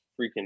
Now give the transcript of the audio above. freaking